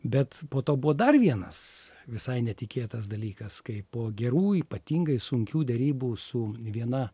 bet po to buvo dar vienas visai netikėtas dalykas kaip po gerų ypatingai sunkių derybų su viena